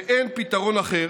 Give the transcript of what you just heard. ואין פתרון אחר